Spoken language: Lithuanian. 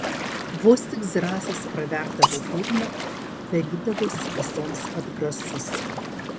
vos tik zrazas praverdavo burną darydavosi visoms atgrasus